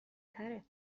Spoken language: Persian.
تره